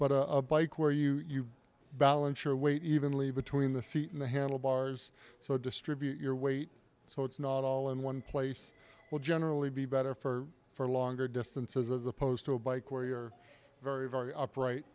but a bike where you balance your weight evenly between the seat and the handlebars so distribute your weight so it's not all in one place will generally be better for for longer distances as opposed to a bike where you're very very upright